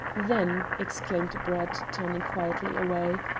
then, exclaimed brett, turning quietly away,